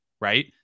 right